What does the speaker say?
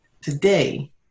Today